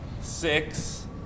Six